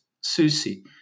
Susie